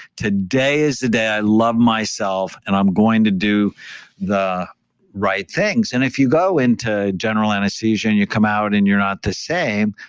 today is the day i love myself. and i'm going to do the right things. and if you go into general anesthesia and you come out and you're not the same,